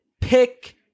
pick